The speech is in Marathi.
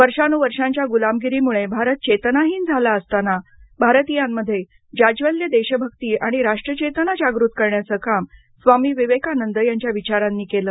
वर्षानुवर्षांच्या गुलामीगिरीमुळे भारत चेतनाहीन झाला असताना भारतीयांमध्ये जाज्वल्य देशभक्ती आणि राष्ट्रचेतना जागृत करण्याचं काम स्वामी विवेकानंद यांच्या विचारांनी केलं